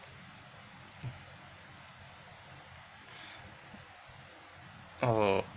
oh